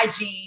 IG